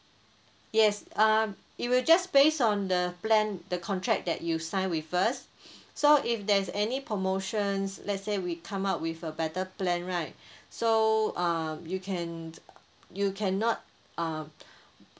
yes uh it will just based on the plan the contract that you signed with us so if there's any promotions let's say we come up with a better plan right so uh you can you cannot uh